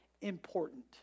important